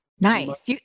nice